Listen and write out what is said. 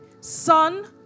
Son